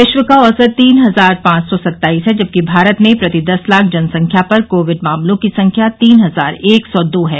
विश्व का औसत तीन हजार पांच सौ सत्ताईस है जबकि भारत में प्रति दस लाख जनसंख्या पर कोविड मामलों की संख्या तीनहजार एक सौ दो है